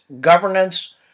governance